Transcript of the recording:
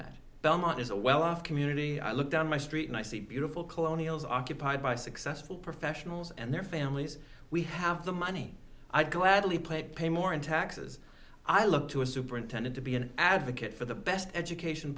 that belmont is a well off community i look down my street and i see beautiful colonials occupied by successful professionals and their families we have the money i'd gladly play pay more in taxes i look to a superintendent to be an advocate for the best education